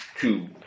two